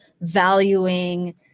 valuing